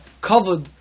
covered